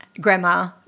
grandma